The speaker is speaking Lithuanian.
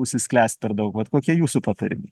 užsisklęst per daug vat kokie jūsų patarimai